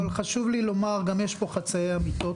חשוב לי לומר שגם יש פה חצאי אמיתות,